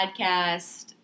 podcast